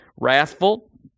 wrathful